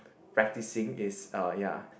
practising is uh ya